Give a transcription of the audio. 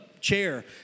chair